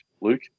Luke